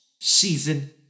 Season